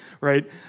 right